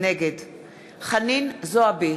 נגד חנין זועבי,